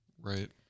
right